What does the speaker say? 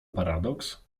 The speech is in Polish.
paradoks